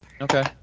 Okay